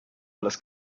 alles